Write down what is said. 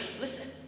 Listen